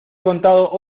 contado